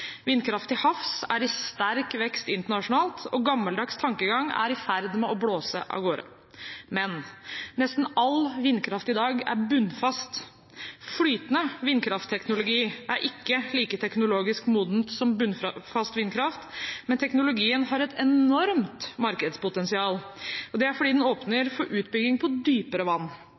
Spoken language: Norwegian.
Vindkraft til havs er i sterk vekst internasjonalt, og gammeldags tankegang er i ferd med å blåse av gårde. Men nesten all vindkraft i dag er bunnfast. Flytende vindkraftteknologi er ikke like teknologisk moden som bunnfast vindkraft, men teknologien har et enormt markedspotensial fordi den åpner for utbygging på dypere vann.